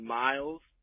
miles